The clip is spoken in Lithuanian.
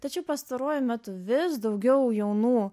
tačiau pastaruoju metu vis daugiau jaunų